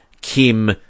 Kim